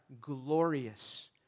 glorious